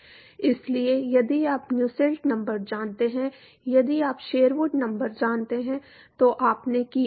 इसलिए यदि आप नुसेल्ट नंबर जानते हैं यदि आप शेरवुड नंबर जानते हैं तो आपने किया